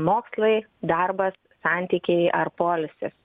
mokslai darbas santykiai ar poilsis